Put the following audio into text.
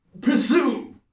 pursue